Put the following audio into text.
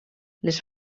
les